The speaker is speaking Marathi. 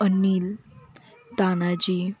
अनिल तानाजी